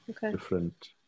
different